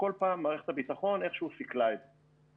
וכל פעם מערכת הביטחון איך שהוא סיכלה את זה.